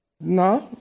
No